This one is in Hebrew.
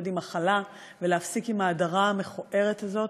עם הכלה ולהפסיק עם ההדרה המכוערת הזאת.